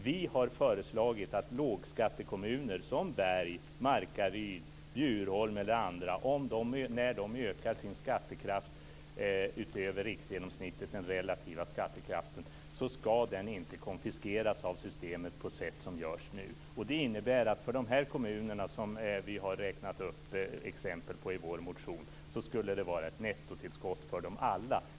Vi har föreslagit att när lågskattekommuner som Berg, Markaryd, Bjurholm eller andra ökar sin relativa skattekraft utöver riksgenomsnittet skall den inte konfiskeras av systemet på sätt som görs nu. Det innebär att de kommuner som vi räknat upp som exempel i vår motion alla skulle få ett nettotillskott.